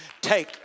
Take